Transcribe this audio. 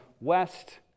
west